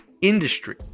industry